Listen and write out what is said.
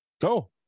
go